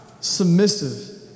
submissive